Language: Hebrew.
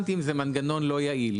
זה מנגנון לא יעיל.